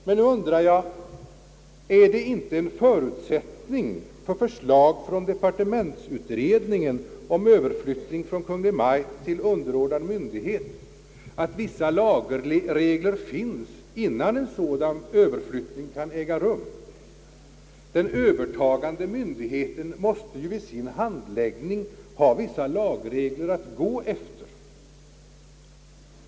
Men nu undrar jag: är det inte en förutsättning för förslag från departementsutredningen om överflyttning från Kungl. Maj:t till underordnad myndighet, att vissa lagregler finns innan en sådan överflyttning kan äga rum? Den övertagande myndigheten måste ju i sin handläggning ha vissa lagregler att gå efter.